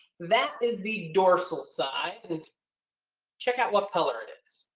that is the dorsal side. and check out what color it is.